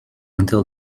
until